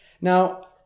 now